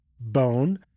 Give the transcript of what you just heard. bone